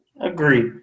Agreed